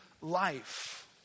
life